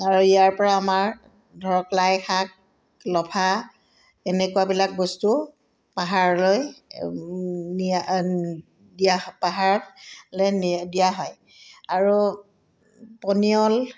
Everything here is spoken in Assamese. আৰু ইয়াৰ পৰা আমাৰ ধৰক লাই শাক লফা এনেকুৱাবিলাক বস্তু পাহাৰলৈ নিয়া দিয়া পাহাৰলৈ নি দিয়া হয় আৰু পনিয়ল